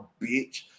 bitch